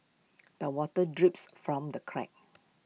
the water drips from the cracks